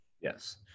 Yes